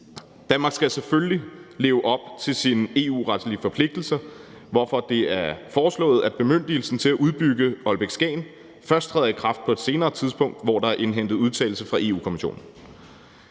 Danmark skal selvfølgelig leve op til sine EU-retlige forpligtigelser, hvorfor det er foreslået, at bemyndigelsen til at udbygge Ålbæk-Skagen først træder i kraft på et senere tidspunkt, hvor der er indhentet udtalelse fra Europa-Kommissionen.